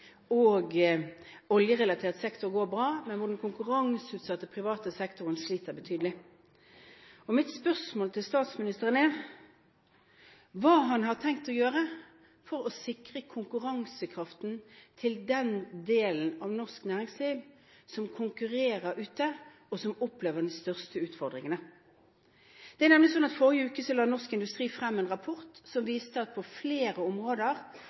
oljerelatert sektor går bra, men den konkurranseutsatte private sektoren sliter betydelig. Mitt spørsmål til statsministeren er: Hva har han tenkt å gjøre for å sikre konkurransekraften til den delen av norsk næringsliv som konkurrerer ute, og som opplever de største utfordringene? Forrige uke la Norsk Industri frem en rapport som viser at på flere områder